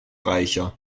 reicher